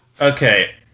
Okay